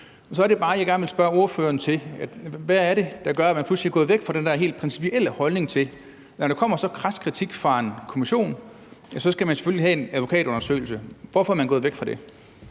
Så er det bare, jeg gerne vil spørge ordføreren, hvad det er, der gør, at man pludselig er gået væk fra den der helt principielle holdning om, at når der kommer så kras kritik fra en kommission, skal man selvfølgelig have en advokatundersøgelse. Hvorfor er man gået væk fra det?